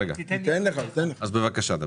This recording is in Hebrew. בבקשה.